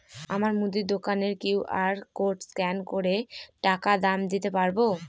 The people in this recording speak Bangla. আমার মুদি দোকানের কিউ.আর কোড স্ক্যান করে টাকা দাম দিতে পারব?